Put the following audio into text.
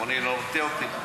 אם זיכרוני אינו מטעה אותי,